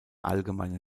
allgemeine